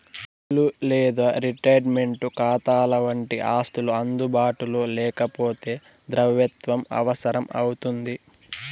ఇల్లు లేదా రిటైర్మంటు కాతాలవంటి ఆస్తులు అందుబాటులో లేకపోతే ద్రవ్యత్వం అవసరం అవుతుంది